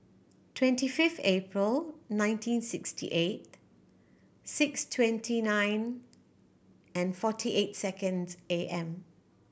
twenty fifth April nineteen sixty eight six twenty nine and forty eight seconds A M